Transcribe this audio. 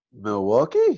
Milwaukee